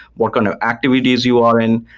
what kind of activities you are in.